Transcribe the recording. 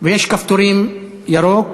מי שבעד חיסול הטרור, ויש כפתורים: ירוק